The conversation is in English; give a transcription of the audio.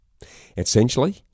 Essentially